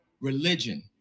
Religion